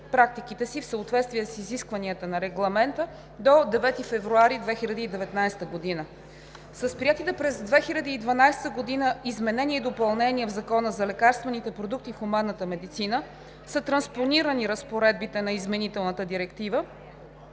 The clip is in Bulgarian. практиките си в съответствие с изискванията на Регламента до 9 февруари 2019 г. С приетите през 2012 г. изменения и допълнения в Закона за лекарствените продукти в хуманната медицина са транспонирани разпоредбите на изменителната директива,